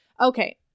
Okay